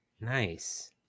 Nice